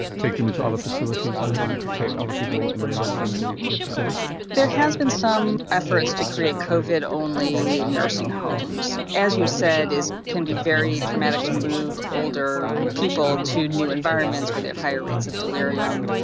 take them into other facilities to try and protect other people in the residential facility? there has been some efforts to create covid-only nursing homes. as you said, it can be very traumatic to move older people to new environments when they have higher rates of delirium.